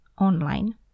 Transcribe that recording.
online